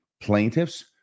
plaintiffs